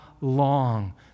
long